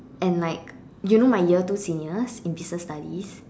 and like you know my year two seniors in business studies